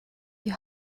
die